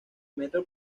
metro